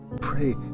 pray